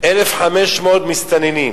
1,500 מסתננים.